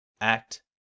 Act